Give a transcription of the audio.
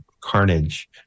carnage